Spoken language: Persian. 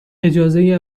اجازه